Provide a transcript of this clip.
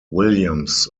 williams